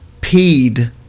peed